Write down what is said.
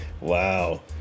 Wow